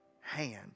hand